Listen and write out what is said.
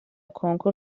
کنکور